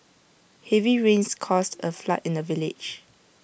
heavy rains caused A flood in the village